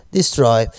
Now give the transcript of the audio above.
Destroy